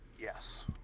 Yes